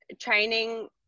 training